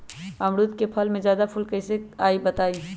अमरुद क फल म जादा फूल कईसे आई बताई?